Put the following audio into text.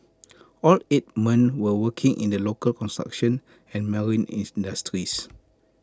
all eight men were working in the local construction and marine industries